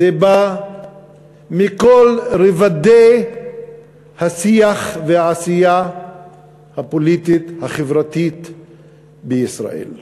זה בא מכל רובדי השיח והעשייה הפוליטית החברתית בישראל,